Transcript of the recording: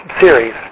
series